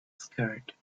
skirt